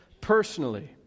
personally